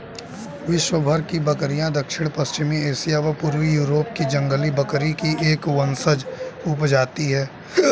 विश्वभर की बकरियाँ दक्षिण पश्चिमी एशिया व पूर्वी यूरोप की जंगली बकरी की एक वंशज उपजाति है